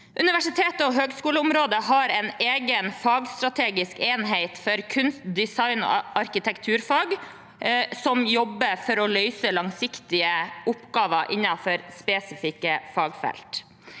Universitets- og høyskolerådet har en egen fagstrategisk enhet for kunst-, design- og arkitekturfag som jobber for å løse langsiktige oppgaver innenfor spesifikke fagfelt.